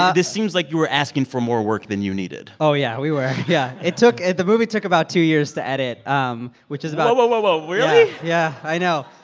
ah this seems like you were asking for more work than you needed oh, yeah. we were. yeah. it took the movie took about two years to edit, um which is about. whoa, whoa, whoa. really? yeah. yeah, i know.